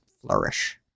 flourish